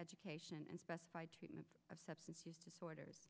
education and specified treatment of substance use disorders